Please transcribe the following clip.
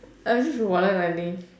I was just wayang only